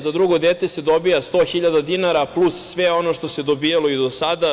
Za drugo dete se dobija 100.000 dinara, plus sve ono što se dobijalo i do sada.